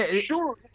Sure